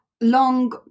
long